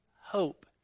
hope